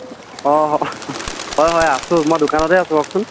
অঁ হয় হয় আছোঁ মই দোকানতে আছোঁ কওকচোন